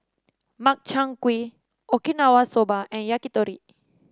Makchang Gui Okinawa Soba and Yakitori